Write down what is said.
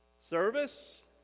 service